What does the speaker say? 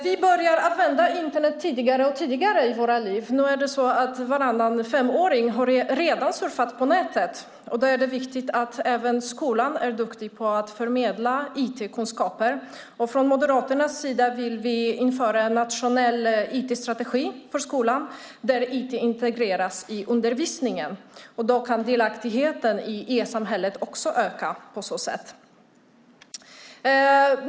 Vi börjar använda Internet tidigare och tidigare i våra liv. Nu är det så att varannan femåring redan har surfat på nätet. Då är det viktigt att även skolan är duktig på att förmedla IT-kunskaper. Från Moderaternas sida vill vi införa en nationell IT-strategi för skolan där IT integreras i undervisningen. På så sätt kan delaktigheten i e-samhället också öka.